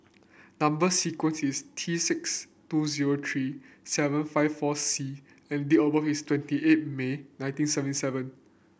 number sequence is T six two zero three seven five four C and date of birth is twenty eight May nineteen seven seven